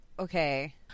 okay